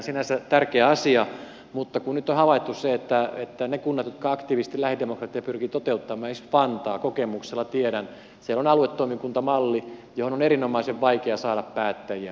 sinänsä tärkeä asia mutta nyt on havaittu se että niissä kunnissa jotka aktiivisesti lähidemokratiaa pyrkivät toteuttamaan esimerkiksi vantaalla kokemuksella tiedän on aluetoimikuntamalli johon on erittäin vaikea saada päättäjiä mukaan